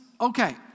Okay